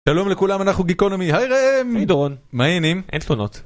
שלום לכולם אנחנו גיקונומי היי רמי דרון מעיינים אין תלונות